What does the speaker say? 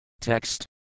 Text